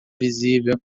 visível